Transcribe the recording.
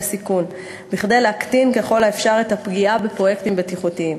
סיכון כדי להקטין ככל האפשר את הפגיעה בפרויקטים בטיחותיים.